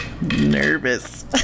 nervous